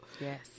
Yes